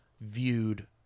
viewed